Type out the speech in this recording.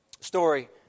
story